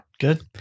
Good